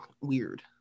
weird